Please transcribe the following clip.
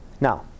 Now